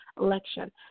election